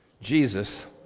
Jesus